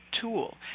tool